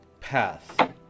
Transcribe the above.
path